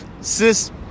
SIS